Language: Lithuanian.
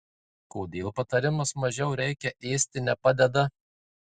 kodėl patarimas mažiau reikia ėsti nepadeda